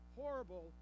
horrible